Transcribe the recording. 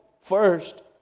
first